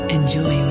Enjoy